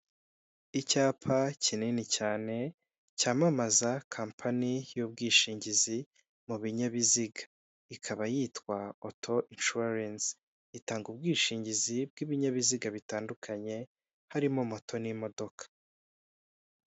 Icyapa kinini cyane cyamamaza kampani y'ubwishingizi mu binyabiziga, ikaba yitwa Oto inshuwarensi, itanga ubwishingizi bw'ibinyabiziga bitandukanye harimo moto n'imodoka.